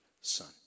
son